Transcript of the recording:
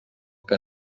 que